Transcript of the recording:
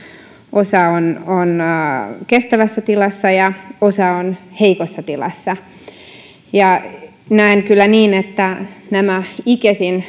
osa on kestävässä tilassa ja osa on heikossa tilassa näen kyllä niin että näiden icesin